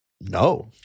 No